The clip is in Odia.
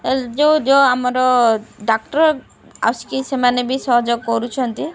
ଯୋଉ ଯୋଉ ଆମର ଡକ୍ଟର୍ ଆସିକି ସେମାନେ ବି ସହଯୋଗ କରୁଛନ୍ତି